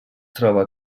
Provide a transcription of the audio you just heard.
troba